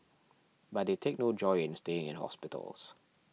but they take no joy in staying in hospitals